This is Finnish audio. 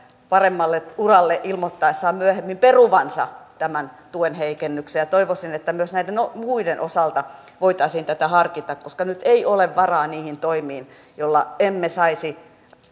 paremmalle uralle ilmoittaessaan myöhemmin peruvansa tämän tuen heikennyksen toivoisin että myös näiden muiden osalta voitaisiin tätä harkita koska nyt ei ole varaa niihin toimiin joilla emme saisi